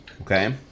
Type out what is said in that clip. okay